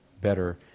better